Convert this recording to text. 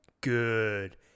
Good